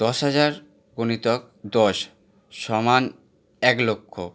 দশ হাজার গুণিতক দশ সমান এক লক্ষ